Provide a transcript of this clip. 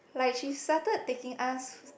like she started taking us